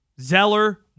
Zeller